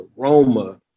aroma